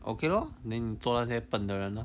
okay lor then 你做那些笨的人 lor